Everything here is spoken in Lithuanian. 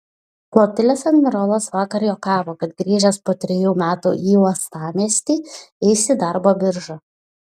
flotilės admirolas vakar juokavo kad grįžęs po trejų metų į uostamiestį eis į darbo biržą